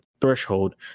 Threshold